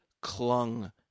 clung